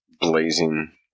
blazing